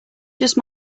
just